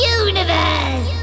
universe